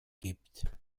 gibt